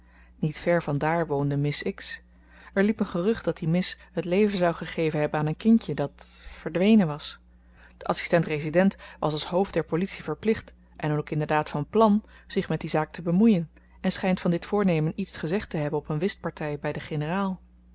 niet ver van daar woonde miss x er liep een gerucht dat die miss t leven zou gegeven hebben aan een kindje dat verdwenen was de adsistent resident was als hoofd der politie verplicht en ook inderdaad van plan zich met die zaak te bemoeien en schynt van dit voornemen iets gezegd te hebben op een whistparty by den generaal